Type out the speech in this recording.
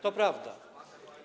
To prawda.